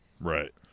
Right